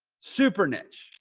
super niche.